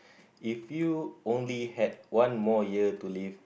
if you only had one more year to live